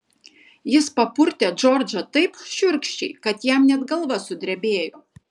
jis papurtė džordžą taip šiurkščiai kad jam net galva sudrebėjo